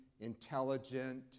intelligent